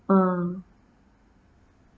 ah